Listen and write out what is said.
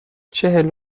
چهل